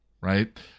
right